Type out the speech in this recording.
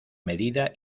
medida